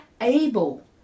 able